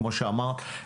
כמו שאמרת,